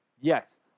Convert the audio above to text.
Yes